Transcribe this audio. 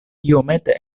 iomete